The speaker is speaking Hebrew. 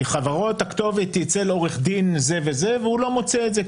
כי אצל חברות הכתובת היא אצל עורך דין זה וזה והוא לא מוצא את זה.